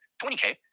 20k